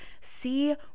see